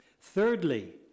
Thirdly